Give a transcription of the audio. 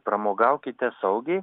pramogaukite saugiai